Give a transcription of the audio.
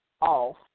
Off